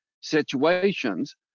situations